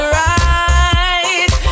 right